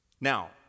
Now